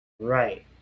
Right